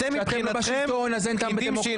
כשאתם לא בשלטון אז אין טעם בדמוקרטיה.